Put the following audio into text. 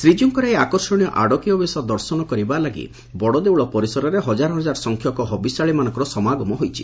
ଶ୍ରୀକୀଉଙ୍କର ଏହି ଆକର୍ଷଣୀୟ ଆଡକିଆ ବେଶ ଦର୍ଶନ କରିବା ଲାଗି ବଡ଼ଦେଉଳ ପରିସରରେ ହଜାର ହଜାର ସଂଖ୍ୟକ ହବିଷ୍ୟାଳିମାନଙ୍କର ସମାଗମ ହୋଇଛି